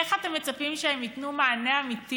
איך אתם מצפים שהם ייתנו מענה אמיתי